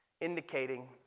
indicating